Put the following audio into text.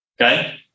okay